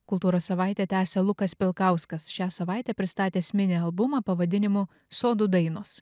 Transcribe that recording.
kultūros savaitę tęsia lukas pilkauskas šią savaitę pristatęs mini albumą pavadinimu sodų dainos